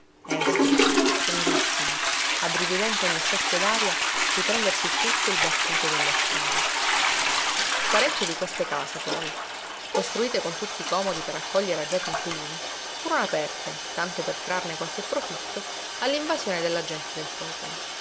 esile tenerissima abbrividente a ogni soffio d'aria riprendersi tutto il battuto delle strade parecchie di queste case poi costruite con tutti i comodi per accogliere agiati inquilini furono aperte tanto per trarne qualche profitto all'invasione della gente del popolo